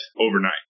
overnight